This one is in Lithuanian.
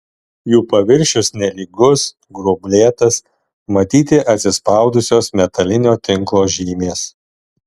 jų paviršius nelygus gruoblėtas matyti atsispaudusios metalinio tinklo žymės